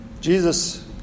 Jesus